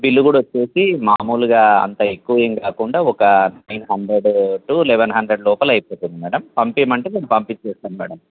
bill కూడా వచ్చేసి మామూలుగా అంత ఎక్కువ ఏమీ కాకుండా ఒక fifteen hundred to eleven hundred లోపల అయిపోతుంది మేడం పంపించమంటే నేను పంపించేస్తాను మేడం